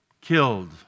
killed